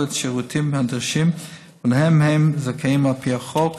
את השירותים הנדרשים שלהם הם זכאים על פי החוק.